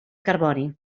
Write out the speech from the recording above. carboni